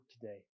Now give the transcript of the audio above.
today